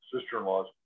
sister-in-laws